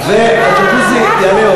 לא שמענו, הג'קוזי יעלה?